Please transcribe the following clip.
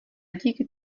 díky